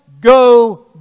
go